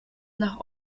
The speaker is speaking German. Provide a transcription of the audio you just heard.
nach